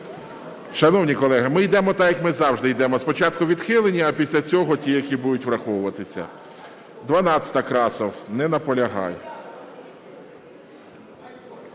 Шановні колеги, ми йдемо так, як ми завжди йдемо: спочатку – відхилені, а після цього – ті, які будуть враховуватися. 12-а, Красов. Не наполягає.